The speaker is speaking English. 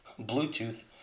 Bluetooth